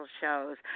shows